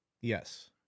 Yes